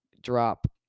drop